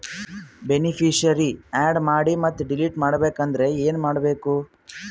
Beneficiary, add ಮಾಡಿ ಮತ್ತೆ delete ಮಾಡಬೇಕೆಂದರೆ ಏನ್ ಮಾಡಬೇಕು?